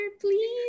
please